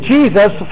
Jesus